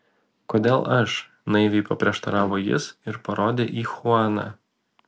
kodėl aš naiviai paprieštaravo jis ir parodė į chuaną